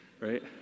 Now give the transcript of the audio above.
right